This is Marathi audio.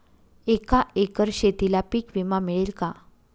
एका एकर शेतीला पीक विमा मिळेल का?